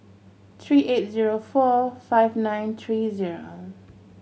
three eight zero four five nine three zero